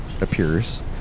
appears